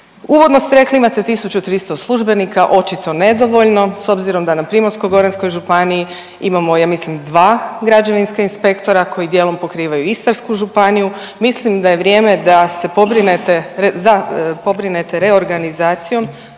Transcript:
Uvodno ste rekli, imate 1300 službenika, očito nedovoljno s obzirom da na Primorsko-goranskoj županiji imamo, ja mislim 2 građevinska inspektora koja dijelom pokrivaju Istarsku županiju, mislim da je vrijeme da se pobrinete za,